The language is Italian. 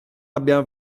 abbia